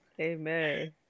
Amen